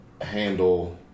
handle